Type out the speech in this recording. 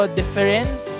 difference